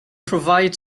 provide